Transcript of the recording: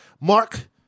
Mark